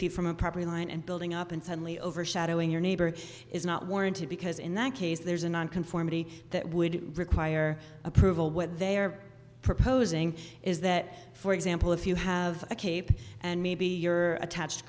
feet from a property line and building up and suddenly overshadowing your neighbor is not warranted because in that case there's a nonconformity that would require approval what they're proposing is that for example if you have a cape and maybe your attached